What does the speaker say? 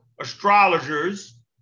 astrologers